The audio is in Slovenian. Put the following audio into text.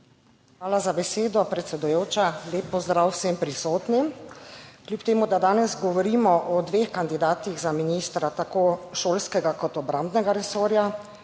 Hvala za besedo, predsedujoča. Lep pozdrav vsem prisotnim! Kljub temu, da danes govorimo o dveh kandidatih za ministra, tako šolskega kot obrambnega resorja,